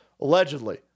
allegedly